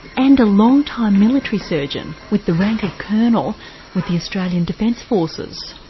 and a long-time military surgeon with the rank of colonel with the australian defence forces.